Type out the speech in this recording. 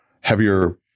heavier